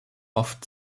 oft